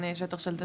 המילה.